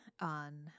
On